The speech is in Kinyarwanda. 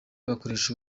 bakoresha